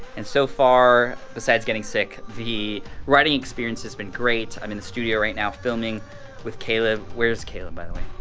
and so far, besides getting sick, the writing experience has been great. i'm in the studio right now filming with caleb, where is caleb, by the way.